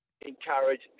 encourage